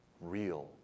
real